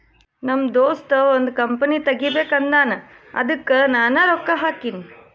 ನಮ್ ದೋಸ್ತ ಒಂದ್ ಕಂಪನಿ ತೆಗಿಬೇಕ್ ಅಂದಾನ್ ಅದ್ದುಕ್ ನಾನೇ ರೊಕ್ಕಾ ಹಾಕಿನಿ